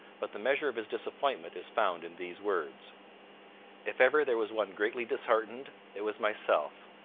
but the measure of his disappointment is found in these words if ever there was one greatly disheartened, it was myself,